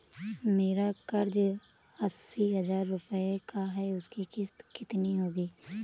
मेरा कर्ज अस्सी हज़ार रुपये का है उसकी किश्त कितनी होगी?